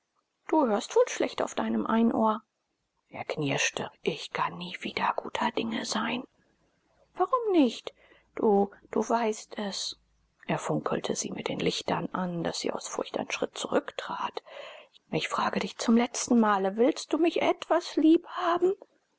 du hörst wohl schlecht auf deinem einohr er knirschte ich kann nie wieder guter dinge sein warum nicht du du weißt es er funkelte sie mit den lichtern an daß sie aus furcht einen schritt zurücktrat ich frage dich zum letzten male willst du mich etwas lieb haben